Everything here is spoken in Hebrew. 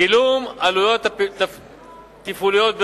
גילום עלויות תפעוליות בריבית,